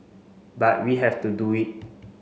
but we have to do it